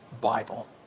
Bible